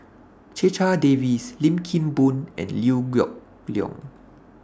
Checha Davies Lim Kim Boon and Liew Geok Leong